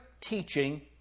teaching